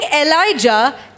Elijah